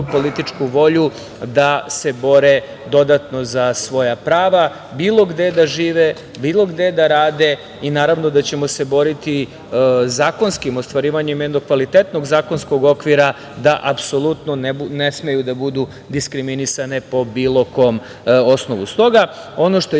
političku volju da se bore dodatno za svoja prava, bilo gde da žive, bilo gde da rade. Naravno da ćemo se boriti zakonskim ostvarivanjem jednog kvalitetnog zakonskog okvira da ne smeju da budu diskriminisane po bilo osnovu. Stoga, što